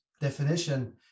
definition